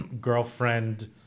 Girlfriend